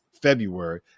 february